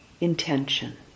intention